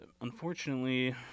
unfortunately